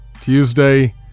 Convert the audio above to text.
Tuesday